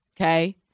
Okay